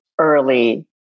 early